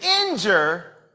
injure